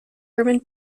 urban